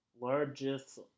largest